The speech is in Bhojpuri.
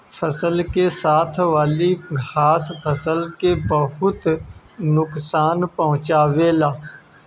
फसल के साथे वाली घास फसल के बहुत नोकसान पहुंचावे ले